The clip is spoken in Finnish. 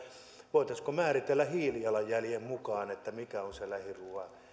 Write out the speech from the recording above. voitaisiinko määritellä hiilijalanjäljen mukaan mikä on se lähiruuan